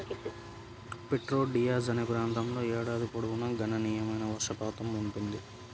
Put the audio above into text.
Prieto Diaz అనే ప్రాంతంలో ఏడాది పొడవునా గణనీయమైన వర్షపాతం ఉంటుంది